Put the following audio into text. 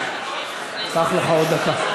קח לך עוד דקה.